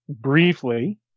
briefly